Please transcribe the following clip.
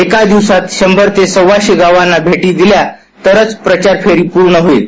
एका दिवसात शंभर ते सव्वाशे गावांना भेटी दिल्या तरच प्रचार फेरी पूर्ण होईल